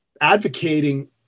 advocating